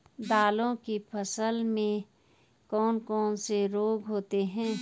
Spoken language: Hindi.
दालों की फसल में कौन कौन से रोग होते हैं?